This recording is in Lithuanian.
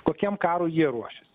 kokiam karui jie ruošias